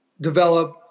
develop